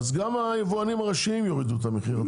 היבואנים הראשיים יורידו את המחיר.